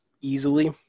easily